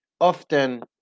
often